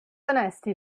onesti